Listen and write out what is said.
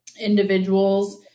individuals